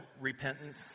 repentance